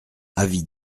avis